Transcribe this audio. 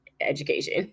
education